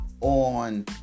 on